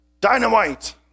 Dynamite